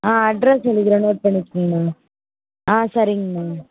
ஆ address சொல்லிக்கிறேன் note பண்ணிக்கோங்கமா ஆ சரிங்கமா